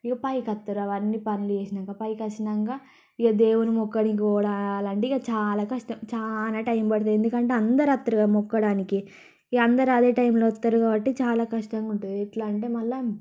ఇక పైకి వస్తారు అవన్నీ పనులు చేసాక పైకి వచ్చాక ఇక దేవున్ని మొక్కడానికి పోవాలంటే ఇక చాలా కష్టం చాలా టైం పడుతుంది ఎందుకంటే అందరు వస్తారు కదా మొక్కడానికి ఇక అందరు అదే టైములో వస్తారు కాబట్టి చాలా కష్టంగా ఉంటుంది ఎట్లా అంటే మళ్ళీ